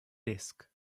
disk